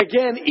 Again